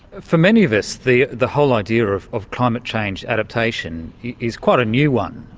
for many of us, the the whole idea of of climate change adaptation is quite a new one.